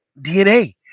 DNA